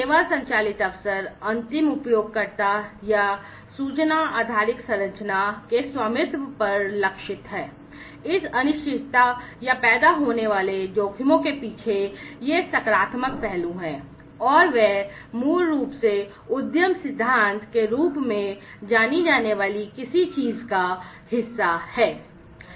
सेवा संचालित अवसर अंतिम उपयोगकर्ता या सूचना आधारिक संरचना के रूप में जानी जाने वाली किसी चीज का हिस्सा हैं